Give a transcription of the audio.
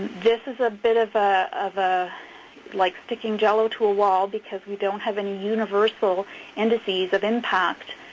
this is a bit of ah of a like sticking jell-o to a wall because we don't have any universal indices of impact